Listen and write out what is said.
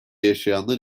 yaşayanlar